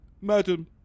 Madam